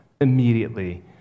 immediately